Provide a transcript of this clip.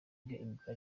biga